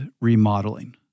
remodeling